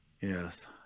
Yes